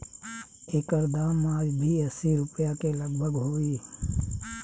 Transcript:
एकर दाम आज भी असी रुपिया के लगभग होई